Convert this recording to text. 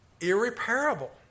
irreparable